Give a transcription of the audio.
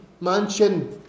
mansion